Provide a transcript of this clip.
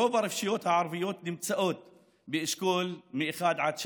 רוב הרשויות הערביות נמצאות באשכול מ-1 עד 3,